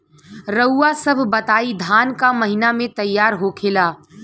रउआ सभ बताई धान क महीना में तैयार होखेला?